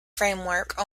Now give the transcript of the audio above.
framework